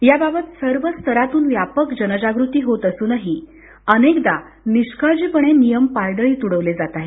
याबाबत सर्व स्तरातून व्यापक जनजागृती होत असूनही अनेकदा निष्काळजीपणे नियम पायदळी तुडवले जात आहेत